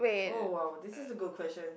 oh !wow! this is a good question